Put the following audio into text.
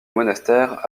monastère